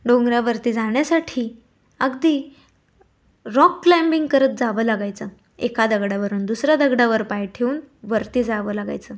डोंगरावरती जाण्यासाठी अगदी रॉक क्लाइम्बिंग करत जावं लागायचं एका दगडावरून दुसऱ्या दगडावर पाय ठीऊन वरती जावं लागायचं